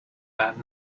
that